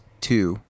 two